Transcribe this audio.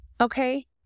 Okay